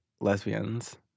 lesbians